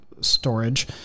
storage